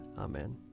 Amen